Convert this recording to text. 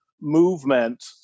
movement